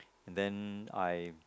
and then I